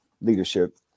leadership